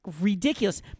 ridiculous